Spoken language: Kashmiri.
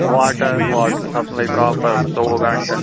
واٹَر واٹَر سَپلاے پرٛاپر ژوٚوُہ گھنٛٹہٕ